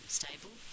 stable